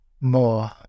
more